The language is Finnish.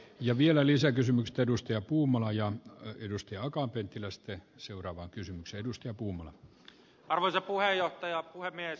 ja vielä lisäkysymykset edustaja puumala ja höyrystiaukonpyyntilaisten seuraavan kysymyksen edustaja kummola arveli arvoisa puhemies